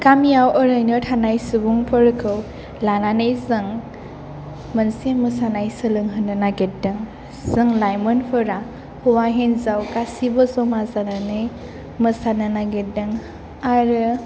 गामियाव ओरैनो थानाय सुबुंफोरखौ लानानै जों मोनसे मोसानाय सोलोंहोनो नागिरदों जों लाइमोनफोरा हौवा हिन्जाव गासिबो जमा जानानै मोसानो नागिरदों आरो